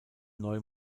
neu